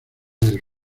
del